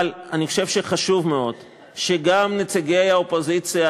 אבל אני חושב שחשוב מאוד שגם נציגי האופוזיציה,